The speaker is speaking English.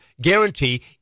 guarantee